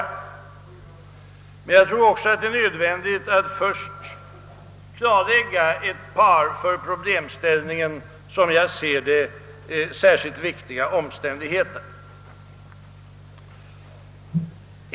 Det är nödvändigt att först klarlägga ett par för problemställningen — som jag ser det — särskilt viktiga omständigheter.